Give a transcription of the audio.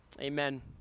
Amen